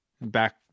back